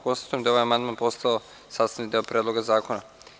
Konstatujem da je ovaj amandman postao sastavni deo Predloga zakona.